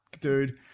dude